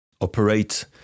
operate